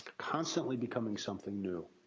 constantly becoming something new.